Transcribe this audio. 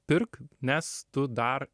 pirk nes tu dar